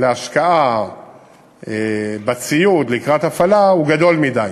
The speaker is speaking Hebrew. להשקעה בציוד לקראת הפעלה גדול מדי: